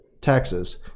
taxes